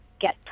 get